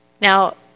now